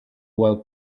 while